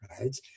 right